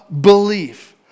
belief